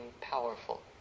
powerful